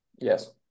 Yes